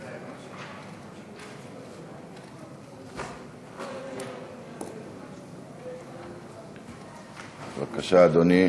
בבקשה, אדוני.